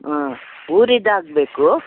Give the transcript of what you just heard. ಹಾಂ ಊರಿದ್ದು ಆಗಬೇಕು